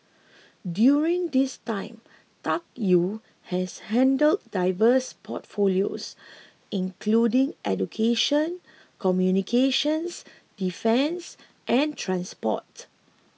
during this time Tuck Yew has handled diverse portfolios including education communications defence and transport